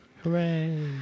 Hooray